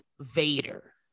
vader